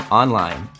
online